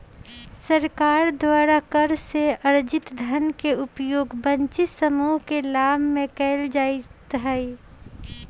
सरकार द्वारा कर से अरजित धन के उपयोग वंचित समूह के लाभ में कयल जाईत् हइ